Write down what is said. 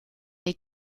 les